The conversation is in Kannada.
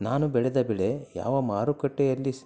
ನಾನು ಬೆಳೆದ ಬೆಳೆ ಯಾವ ಮಾರುಕಟ್ಟೆಯಲ್ಲಿ ಸಿ